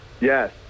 Yes